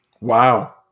Wow